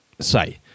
say